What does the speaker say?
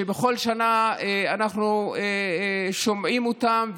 שבכל שנה אנחנו שומעים עליהם,